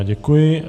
Děkuji.